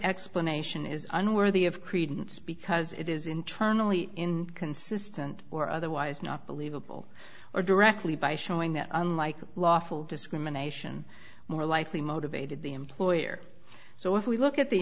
explanation is unworthy of credence because it is internally inconsistent or otherwise not believable or directly by showing that unlike lawful discrimination more likely motivated the employer so if we look at the